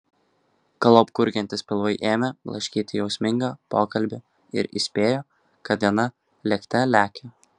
galop gurgiantys pilvai ėmė blaškyti jausmingą pokalbį ir įspėjo kad diena lėkte lekia